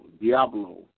diablo